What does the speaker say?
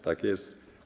Tak jest.